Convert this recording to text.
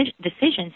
decisions